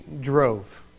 drove